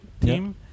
team